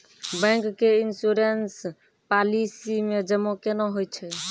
Bank के insurance policy मे जमा केना होय छै?